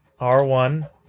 R1